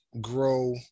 grow